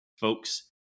folks